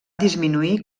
disminuir